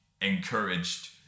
encouraged